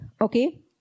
Okay